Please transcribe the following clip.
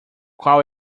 qual